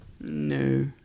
No